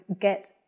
get